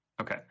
Okay